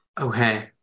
Okay